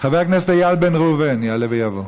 חבר הכנסת איל בן ראובן יעלה ויבוא.